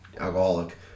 alcoholic